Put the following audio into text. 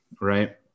right